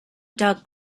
doug